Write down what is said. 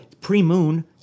pre-moon